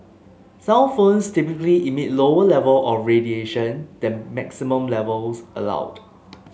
cellphones typically emit lower level of radiation than maximum levels allowed